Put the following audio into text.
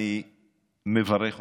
אני מברך אותך.